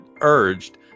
urged